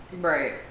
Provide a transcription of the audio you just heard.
Right